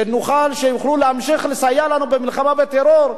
שיוכלו להמשיך לסייע לנו במלחמה בטרור,